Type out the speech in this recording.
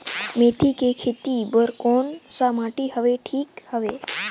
मेथी के खेती बार कोन सा माटी हवे ठीक हवे?